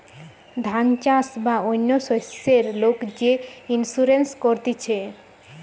ধান চাষ বা অন্য শস্যের লোক যে ইন্সুরেন্স করতিছে